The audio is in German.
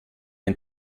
ein